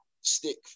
stick